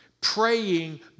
Praying